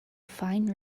fine